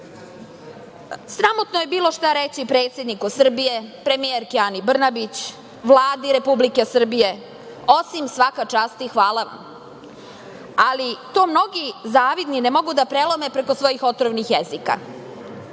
ugled. Sramotno je bilo šta reći predsedniku Srbije, premijerki Ani Brnabić, Vladi Republike Srbije osim – svaka čast i hvala vam, ali to mnogi zavidni ne mogu da prelome preko svojih otrovnih jezika. Ponosna